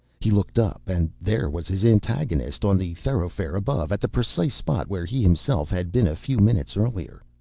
he looked up, and there was his antagonist, on the thoroughfare above, at the precise spot where he himself had been a few minutes earlier.